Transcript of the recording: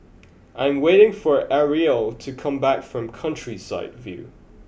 I am waiting for Arielle to come back from Countryside View